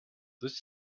this